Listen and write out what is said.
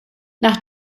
nach